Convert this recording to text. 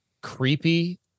creepy